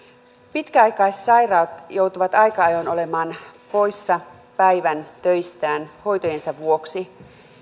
pitkäaikaissairaat joutuvat aika ajoin olemaan poissa päivän töistään hoitojensa vuoksi